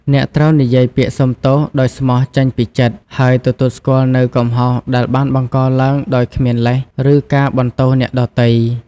អ្នកត្រូវនិយាយពាក្យសុំទោសដោយស្មោះចេញពីចិត្ត ហើយទទួលស្គាល់នូវកំហុសដែលបានបង្កឡើងដោយគ្មានលេស ឬការបន្ទោសអ្នកដទៃ។